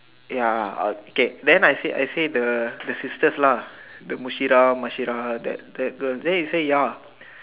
ya okay then I say I say the the sisters lah the Mushira Mashira that that girl then he say ya